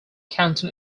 canton